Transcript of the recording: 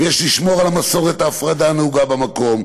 ויש לשמור על מסורת ההפרדה הנהוגה במקום.